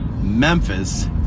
Memphis